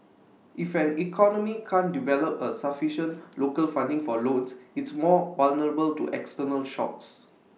if an economy can't develop A sufficient local funding for loans it's more vulnerable to external shocks